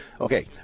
Okay